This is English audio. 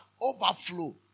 overflow